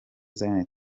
zion